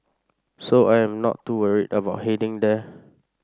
so I am not too worried about heading there